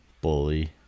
Bully